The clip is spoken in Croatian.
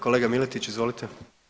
Kolega Miletić, izvolite.